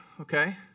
Okay